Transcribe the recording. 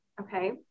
Okay